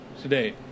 today